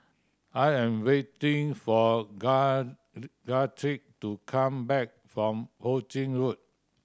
I am waiting for Guthrie to come back from Ho Ching Road